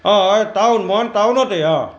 অঁ হয় টাউন মৰাণ টাউনতে অঁ